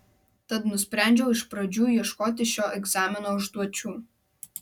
tad nusprendžiau iš pradžių ieškoti šio egzamino užduočių